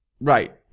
Right